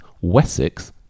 Wessex